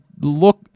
look